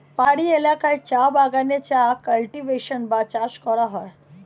পাহাড়ি এলাকায় চা বাগানে চা কাল্টিভেশন বা চাষ করা হয়